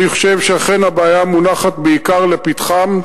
אני חושב שאכן הבעיה מונחת בעיקר לפתחם,